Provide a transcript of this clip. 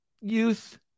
youth